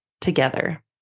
together